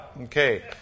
Okay